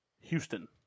Houston